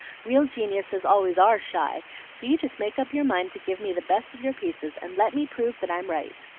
real geniuses always are shy so you just make up your mind to give me the best of your pieces, and let me prove that i'm right.